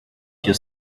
your